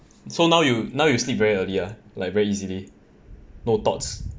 so now you now you sleep very early ah like very easily no thoughts